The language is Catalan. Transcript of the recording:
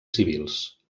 civils